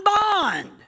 bond